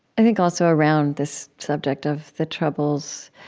i think also around this subject of the troubles,